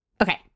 Okay